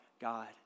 God